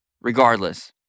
Regardless